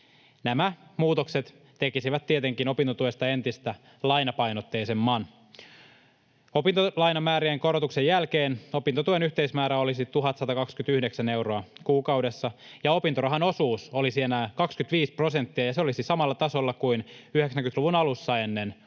Nämä muutokset tekisivät tietenkin opintotuesta entistä lainapainotteisemman. Opintolainamäärien korotuksen jälkeen opintotuen yhteismäärä olisi 1 129 euroa kuukaudessa ja opintorahan osuus olisi enää 25 prosenttia, ja se olisi samalla tasolla kuin 90-luvun alussa ennen